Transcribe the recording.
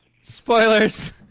Spoilers